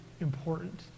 important